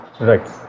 Right